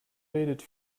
redet